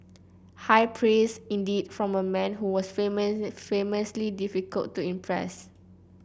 high praise indeed from a man who was famously difficult to impress